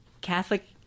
Catholic